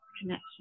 connection